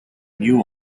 knew